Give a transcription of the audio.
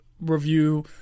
review